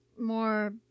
more